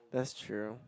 that's true